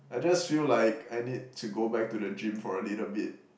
I just feel like I need to go back to the gym for a little bit